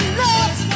love